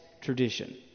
tradition